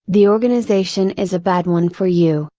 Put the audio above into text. the organization is a bad one for you,